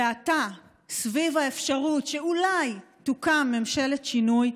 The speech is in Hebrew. ועתה סביב האפשרות שאולי תוקם ממשלת שינוי,